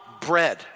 bread